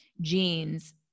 genes